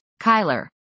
Kyler